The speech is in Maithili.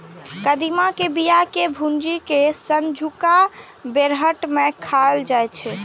कदीमा के बिया कें भूजि कें संझुका बेरहट मे खाएल जाइ छै